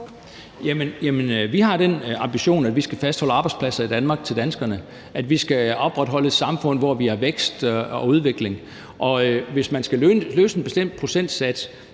vi har den ambition, at vi skal fastholde arbejdspladser i Danmark til danskerne, og at vi skal opretholde et samfund, hvor vi har vækst og udvikling, og hvis man skal nå en bestemt procentsats,